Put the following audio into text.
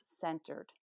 centered